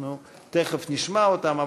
ואנחנו תכף נשמע אותם.